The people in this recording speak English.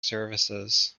services